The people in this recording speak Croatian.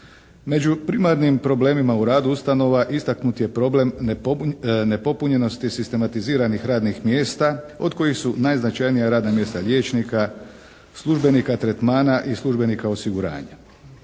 Među primarnim problemima i u radu ustanova istaknut je problem nepopunjenosti sistematiziranih radnih mjesta od kojih su najznačajnija radna mjesta liječnika, službenika tretmana i službenika osiguranja.